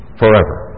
forever